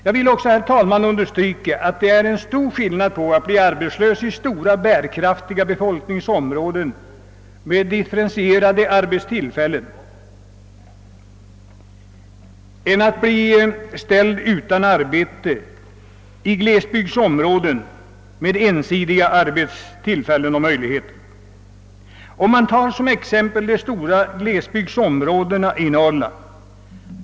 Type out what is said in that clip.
Jag vill också understryka, herr talman, att det är en väsentlig skillnad mellan att bli arbetslös i stora, bärkraftiga befolkningsområden med differentierade arbetstillfällen och att bli ställd utan arbete i glesbygdsområden med ensidiga arbetsmöjligheter. Jag kan som exempel ta de stora glesbygdsområdena i Norrland.